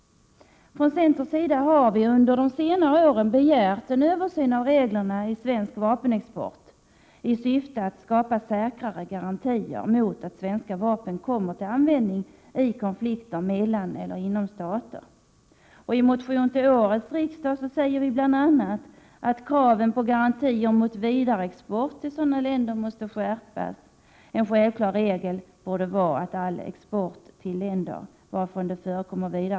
Från centerns sida har vi under de senare åren begärt en översyn av reglerna för svensk vapenexport i syfte att skapa säkra garantier för att svenska vapen inte kommer till användning i konflikter mellan stater eller inom stater. I en motion till årets riksdag säger vi bl.a. att ”kraven på garantier mot vidareexport till sådana länder måste skärpas. En självklar regel borde vara att all export till länder varifrån det förekommer vidareex Prot.